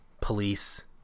police